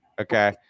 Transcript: okay